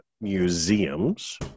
museums